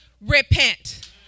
repent